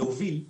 להוביל,